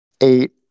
eight